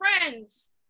friends